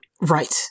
Right